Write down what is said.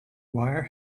wire